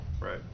Right